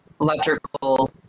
electrical